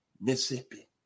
Mississippi